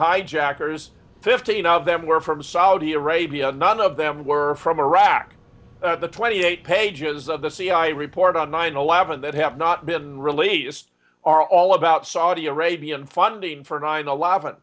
hijackers fifteen of them were from saudi arabia none of them were from iraq the twenty eight pages of the cia report on nine eleven that have not been released are all about saudi arabian funding for nine eleven